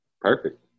Perfect